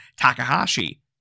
Takahashi